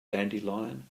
dandelion